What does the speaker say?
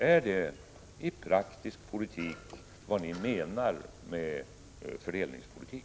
Är det ett praktiskt exempel på vad ni menar med fördelningspolitik?